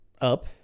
up